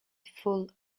full